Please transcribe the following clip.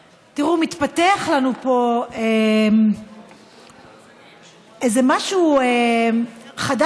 תראו, מתפתח לנו פה איזה משהו חדש-ישן,